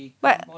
but